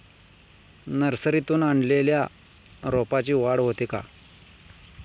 नर्सरीतून आणलेल्या रोपाची वाढ होते का?